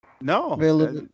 no